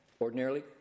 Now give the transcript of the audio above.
ordinarily